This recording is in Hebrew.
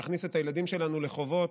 להכניס את הילדים שלנו לחובות,